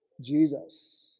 Jesus